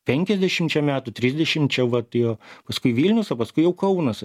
penkiasdešimčia metų trisdešimčia vat jo paskui vilnius o paskui jau kaunas